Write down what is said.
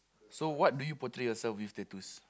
so what do you portray yourself with that tattoos